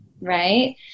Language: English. right